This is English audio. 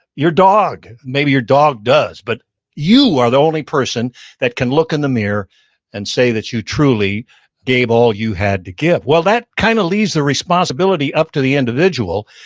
your dog, maybe your dog does, but you are the only person that can look in the mirror and say that you truly gave all that you had to give well, that kind of leaves the responsibility up to the individual,